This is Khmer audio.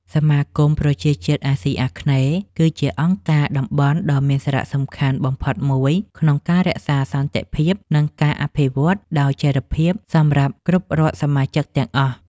សមាគមប្រជាជាតិអាស៊ីអាគ្នេយ៍ គឺជាអង្គការតំបន់ដ៏មានសារៈសំខាន់បំផុតមួយក្នុងការរក្សាសន្តិភាព និងការអភិវឌ្ឍដោយចីរភាពសម្រាប់គ្រប់រដ្ឋសមាជិកទាំងអស់។